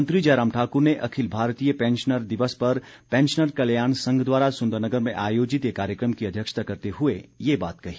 मुख्यमंत्री जयराम ठाकुर ने अखिल भारतीय पैंशनर दिवस पर पैंशनर कल्याण संघ द्वारा सुंदरनगर में आयोजित एक कार्यक्रम की अध्यक्षता करते हुए ये बात कही